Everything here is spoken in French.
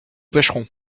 pêcherons